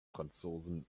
franzosen